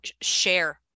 share